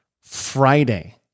Friday